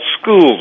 schools